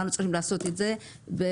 אנחנו צריכים לעשות את זה בהתמדה,